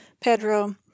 Pedro